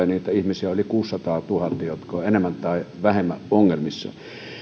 niitä ihmisiä on yli kuusisataatuhatta jotka ovat enemmän tai vähemmän ongelmissa